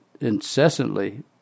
incessantly